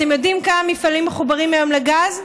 אתם יודעים כמה מפעלים מחוברים היום לגז?